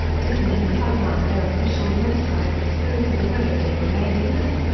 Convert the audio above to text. disney had sidelined their official website for spirited away and it remained hidden.